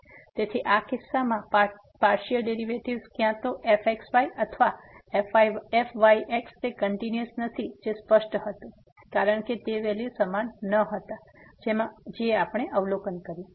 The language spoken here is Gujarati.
તેથી આ કિસ્સામાં પાર્સીઅલ ડેરિવેટિવ્ઝ ક્યાં તો fxy અથવા fyx તે કંટીન્યુઅસ નથી જે સ્પષ્ટ હતું કારણ કે તે વેલ્યુ સમાન ન હતા જેમ આપણે અવલોકન કર્યું છે